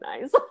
nice